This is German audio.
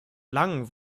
lang